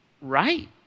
right